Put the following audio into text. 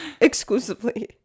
exclusively